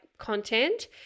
content